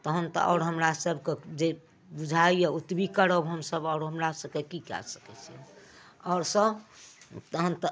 तहन तऽ आओर हमरा सबके जे बुझाइए ओतबी करब हमसब अब आओर हमरा सबके की कए सकै छी आओर सब तहन तऽ